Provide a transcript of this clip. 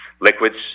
liquids